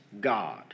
God